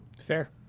Fair